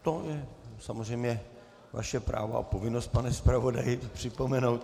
To je samozřejmě vaše právo a povinnost, pane zpravodaji, připomenout.